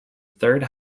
third